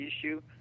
issue